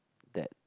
that